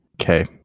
Okay